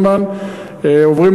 ליברמן עצמו עובר רוויזיה גדולה מאוד.